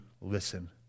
listen